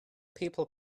people